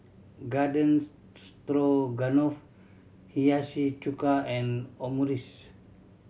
Garden Stroganoff Hiyashi Chuka and Omurice